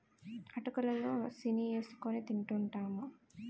అటుకులు లో సీని ఏసుకొని తింటూంటాము